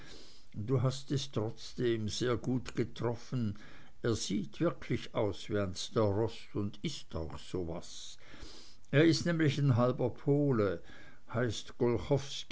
du hast es trotzdem sehr gut getroffen er sieht wirklich aus wie ein starost und ist auch so was er ist nämlich ein halber pole heißt